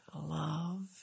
love